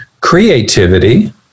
creativity